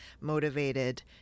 motivated